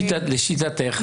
לשיטתך.